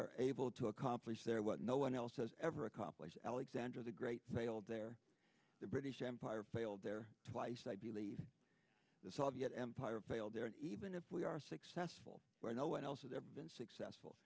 are able to accomplish their what no one else has ever accomplished alexander the great failed there the british empire failed there twice i believe the soviet empire failed there even if we are successful where no one else has ever been successful